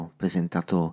presentato